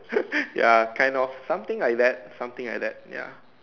ya kind of something like that something like that ya